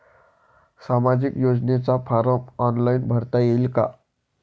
सामाजिक योजनेचा form online भरता येईन का?